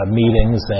meetings